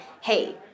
hey